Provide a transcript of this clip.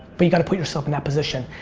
but you got to put yourself in that position.